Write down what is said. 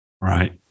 Right